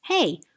Hey